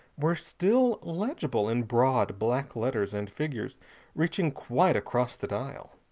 were still legible in broad black letters and figures reaching quite across the dial.